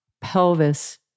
pelvis